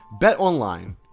BetOnline